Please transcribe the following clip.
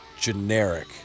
generic